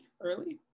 early